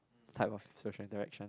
type of social interactions